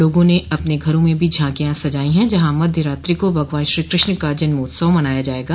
लोगों ने अपने घरों में भी झांकियॉ सजाई हैं जहां मध्य रात्रि को भगवान श्रीकृष्ण का जन्मोत्सव मनाया जायेगा